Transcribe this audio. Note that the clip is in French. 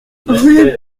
rue